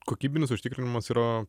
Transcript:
kokybinis užtikrinimas yra